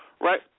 right